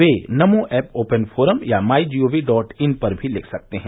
वे Namo app open forum या my G O V dot in पर भी लिख सकते हैं